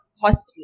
hospital